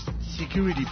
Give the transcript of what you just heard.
security